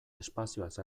espazioaz